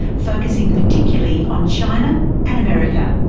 focusing particularly on china and america.